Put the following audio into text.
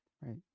Right